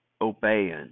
obeying